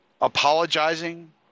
apologizing